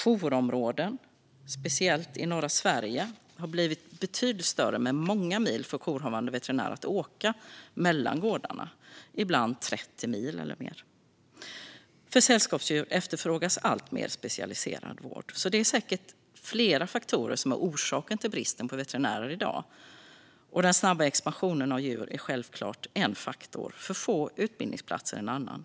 Jourområdena har blivit betydligt större, speciellt i norra Sverige, med många mil för jourhavande veterinär att åka mellan gårdarna, ibland 30 mil eller mer. För sällskapsdjur efterfrågas också alltmer specialiserad vård. Det är alltså säkert flera faktorer som orsakar dagens brist på veterinärer. Den snabba expansionen av djur är självklart en faktor. För få utbildningsplatser är en annan.